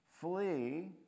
Flee